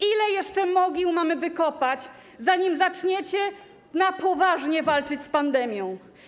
Ile jeszcze mogił mamy wykopać, zanim zaczniecie na poważnie walczyć z pandemią?